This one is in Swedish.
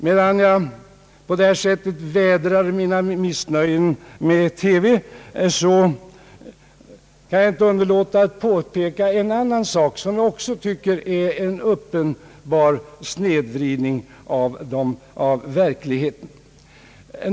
Medan jag på detta sätt vädrar mitt missnöje med TV kan jag inte underlåta att påpeka en annan sak som jag också bedömer som en uppenbar snedvridning av verkligheten.